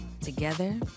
Together